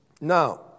Now